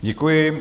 Děkuji.